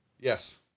Yes